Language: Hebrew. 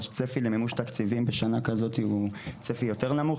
הצפי למימוש תקציבים בשנה כזאת הוא צפי יותר נמוך,